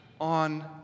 on